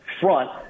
front